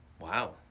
Wow